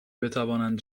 بتوانند